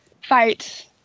fight